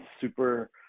super